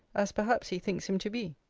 as perhaps he thinks him to be.